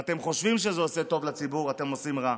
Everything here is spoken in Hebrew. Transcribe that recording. ואתם חושבים שזה עושה טוב לציבור, אתם עושים רע.